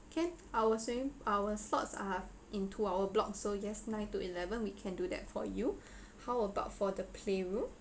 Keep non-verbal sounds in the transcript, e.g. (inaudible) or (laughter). can our swimming our slots are in two hour block so yes nine to eleven we can do that for you (breath) how about for the playroom